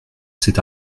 cet